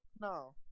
No